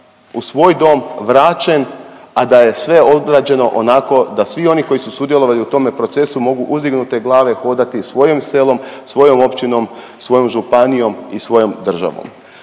u svoj dom, vraćen, a da je sve odrađeno onako da svi oni koji su sudjelovali u tome procesu mogu uzdignute glave hodati svojim selom, svojom općinom, svojom županijom i svojom državom.